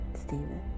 Stephen